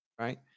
right